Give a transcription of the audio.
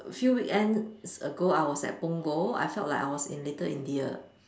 few weekends ago I was at Punggol I felt like I was in Little-India